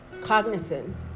cognizant